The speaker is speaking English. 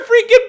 freaking